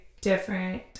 different